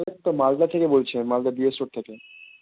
আমি কিন্তু মালদা থেকে বলছি আমি মালদা দিনাজপুর থেকে